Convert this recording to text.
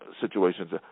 situations